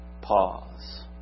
Pause